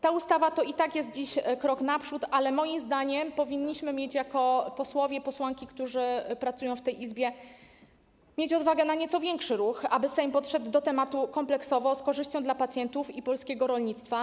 Ta ustawa to i tak jest dziś krok naprzód, ale moim zdaniem powinniśmy jako posłowie i posłanki, którzy pracują w tej Izbie, mieć odwagę zrobienia nieco większego ruchu, tak aby Sejm podszedł do tematu kompleksowo, z korzyścią dla pacjentów i polskiego rolnictwa.